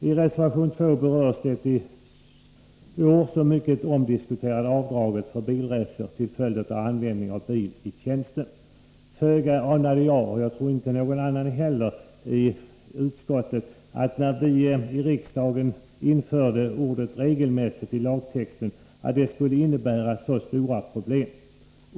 I reservation 2 berörs det i år så omdiskuterade avdraget för resor till följd av användning av bil i tjänsten. Föga anade jag — och jag tror att inte heller någon annan anade det — att när vi i riksdagen införde ordet ”regelmässigt” i lagtexten, så skulle det komma att innebära så stora problem.